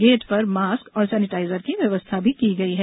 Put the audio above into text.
gate पर mask और sanitiser की व्यवस्था की गई है